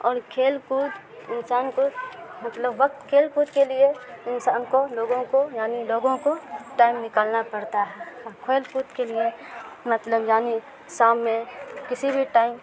اور کھیل کود انسان کو مطلب وقت کھیل کود کے لیے انسان کو لوگوں کو یعنی لوگوں کو ٹائم نکالنا پڑتا ہے کھیل کود کے لیے مطلب یعنی شام میں کسی بھی ٹائم